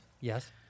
yes